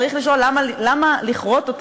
צריך לשאול למה לכרות אותו.